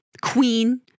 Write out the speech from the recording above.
Queen